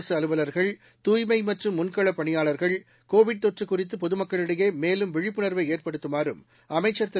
அரசு அலுவல்கள் தூய்மை மற்றும் முன்களப் பணியாளர்கள் கோவிட் தொற்று குறித்து பொதுமக்களிடடையே மேலும் விழிப்புணாவை ஏற்படுத்துமாறும் அமைச்சா் திரு